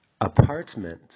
apartment